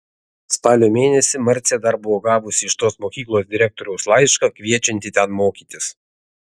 spalio mėnesį marcė dar buvo gavusi iš tos mokyklos direktoriaus laišką kviečiantį ten mokytis